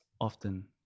often